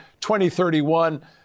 2031